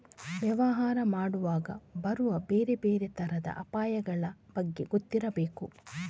ವ್ಯವಹಾರ ಮಾಡುವಾಗ ಬರುವ ಬೇರೆ ಬೇರೆ ತರದ ಅಪಾಯಗಳ ಬಗ್ಗೆ ಗೊತ್ತಿರ್ಬೇಕು